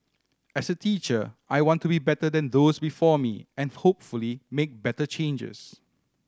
as a teacher I want to be better than those before me and hopefully make better changes